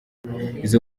izo